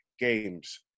Games